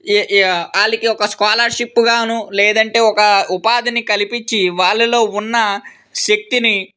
వాళ్ళకి ఒక స్కాలర్షిప్ కాను లేదంటే ఒక ఉపాధిని కల్పించి వాళ్ళలో ఉన్న శక్తిని